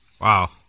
Wow